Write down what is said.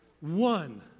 One